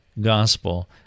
gospel